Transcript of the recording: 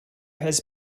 has